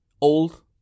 old